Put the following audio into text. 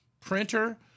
printer